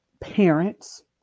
parents